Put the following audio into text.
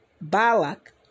Balak